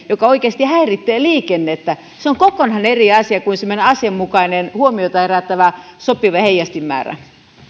mikä oikeasti häiritsee liikennettä on kokonaan eri asia kuin semmoinen asianmukainen huomiota herättävä sopiva heijastinmäärä